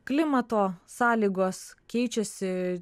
klimato sąlygos keičiasi